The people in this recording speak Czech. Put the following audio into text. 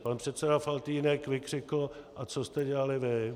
Pan předseda Faltýnek vykřikl: A co jste dělali vy?